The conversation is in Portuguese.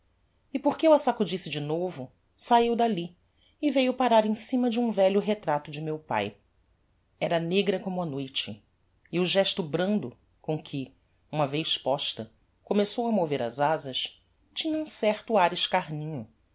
e porque eu a sacudisse de novo saíu dalli e veiu parar em cima de um velho retrato de meu pae era negra como a noite e o gesto brando com que uma vez posta começou a mover as azas tinha um certo ar escarninho